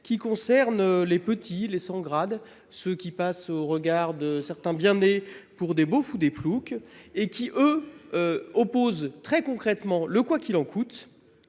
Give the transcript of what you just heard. qui concerne les petits, les sans-grade, ceux qui passent, aux yeux de certains bien nés, pour des beaufs ou des ploucs. Eux opposent très concrètement le « quoi qu'il en coûte